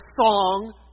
song